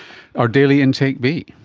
our daily intake be?